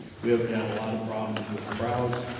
we have had a lot of problems with crowds,